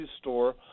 store